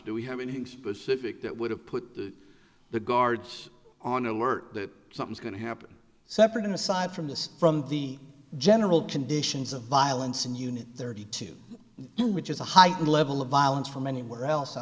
do we have anything specific that would have put the guards on alert that something's going to happen separate and aside from just from the general conditions of violence and unit thirty two which is a heightened level of violence from anywhere else i